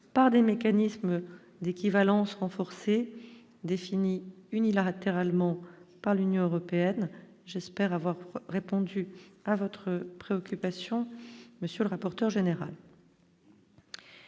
par des mécanismes d'équivalence définie unilatéralement par l'Union européenne, j'espère avoir répondu à votre préoccupation, monsieur le rapporteur général.